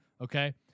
okay